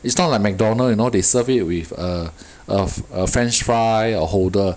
it's not like Mcdonalds you know they serve it with a a f~ a french fry uh holder